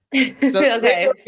Okay